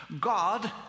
God